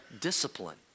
discipline